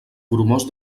bromós